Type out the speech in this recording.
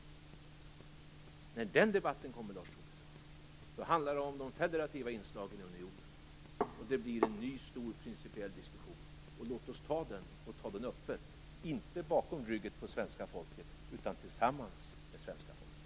När den debatten kommer, Lars Tobisson, handlar det om de federativa inslagen i unionen. Det blir en ny stor principiell diskussion. Låt oss ta den och ta den öppet - inte bakom ryggen på svenska folket, utan tillsammans med svenska folket!